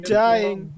dying